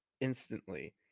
instantly